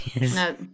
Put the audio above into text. no